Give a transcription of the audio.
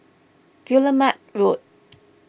Guillemard Road